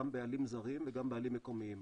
גם בעלים זרים וגם בעלים מקומיים,